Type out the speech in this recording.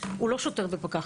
הוא לא שוטר ופקח,